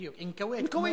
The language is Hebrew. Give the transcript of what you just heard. בדיוק, זה כמו "נכוויתי".